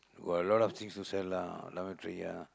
got a lot things to sell lah dormitory ya